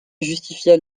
justifia